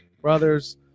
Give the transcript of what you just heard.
Brothers